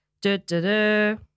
Do-do-do